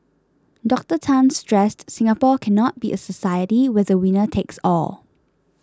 Doctor Tan stressed Singapore cannot be a society where the winner takes all